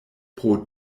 pro